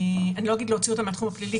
אני לא אגיד להוציא אותם מהתחום הפלילי,